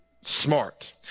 Smart